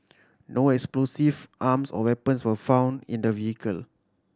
no explosive arms or weapons were found in the vehicle